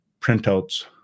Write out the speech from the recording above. printouts